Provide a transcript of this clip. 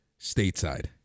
stateside